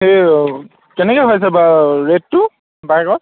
এই কেনেকৈ হৈছে বাৰু ৰেটটো বাইকৰ